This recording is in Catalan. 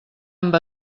amb